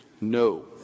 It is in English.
No